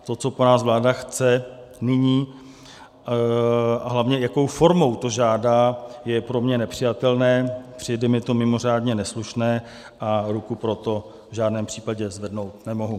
To, co po nás vláda chce nyní, a hlavně jakou formou to žádá, je pro mě nepřijatelné, přijde mi to mimořádně neslušné a ruku pro to v žádném případě zvednout nemohu.